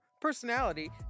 personality